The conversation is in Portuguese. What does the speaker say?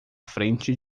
frente